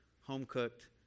home-cooked